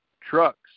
trucks